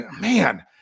man